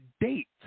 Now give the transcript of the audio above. date